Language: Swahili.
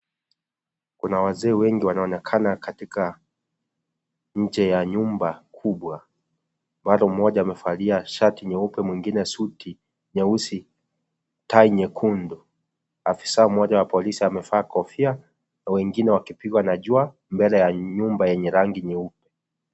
Kuna wazee wengi wanaonekana katika nje ya nyumba kubwa. Bado mmoja amevalia shati nyeupe mwingine suti nyeusi, tai nyekundu. Afisaa mmoja wa polisi amevaa kofia, wengine wakipigwa na jua mbele ya nyumba yenye rangi nyeupe.